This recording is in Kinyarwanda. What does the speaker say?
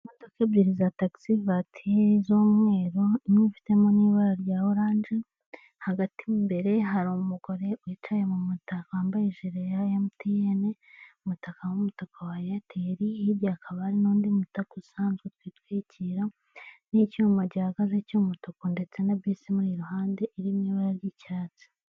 Imodoka ebyiri za taxi voiture z'umweru, imwe ifitemo n'ibara rya orange, hagati mo imbere hari umugore wicaye mu mutaka wambaye ijile ya MTN, umutaka w'umutuku wa airtel, hirya hakaba hari n'undi mutaka usanzwe twitwikira n'icyuma gihagaze cy'umutuku, ndetse na bisi iruhande iri mu ibara ry'icyatsi.